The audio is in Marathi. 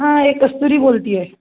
हां ए कस्तुरी बोलते आहे